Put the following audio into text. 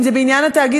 אם זה בעניין התאגיד,